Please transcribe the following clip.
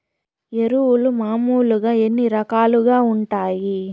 ఎరువులు మామూలుగా ఎన్ని రకాలుగా వుంటాయి?